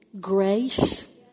Grace